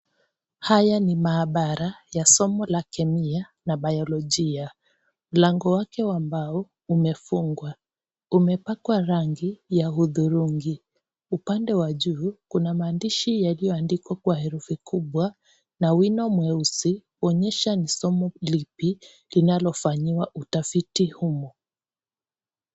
Haya ni maabara ya somo la kemia na biolojia , mlango wake wa mbao umefungwa umepakwa rangi ya hudhurungi upande wa juu , kuna maandishi yaliyoandikwa kwa herufi kubwa na wino mweusi, onyesha ni somo lipi linalofanyiwa utafiti humo.